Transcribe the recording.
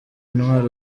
intwaro